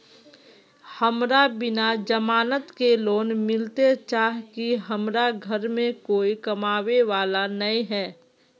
हमरा बिना जमानत के लोन मिलते चाँह की हमरा घर में कोई कमाबये वाला नय है?